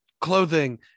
Clothing